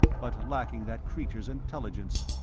but lacking that creature's intelligence.